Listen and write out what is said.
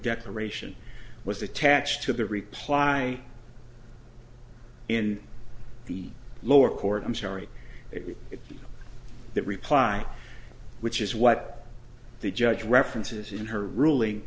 declaration was attached to the reply in the lower court i'm sorry it is that reply which is what the judge references in her ruling